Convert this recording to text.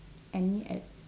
any a~